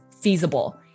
feasible